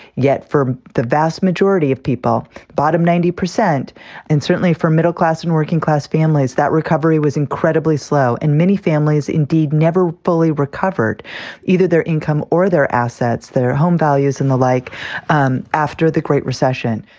yet for the vast majority of people, bottom ninety percent and certainly for middle class and working class families, that recovery was incredibly slow. and many families indeed never fully recovered either their income or their assets, their home values and the like um after the great recession